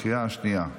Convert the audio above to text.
בקריאה השנייה.